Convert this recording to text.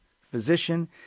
physician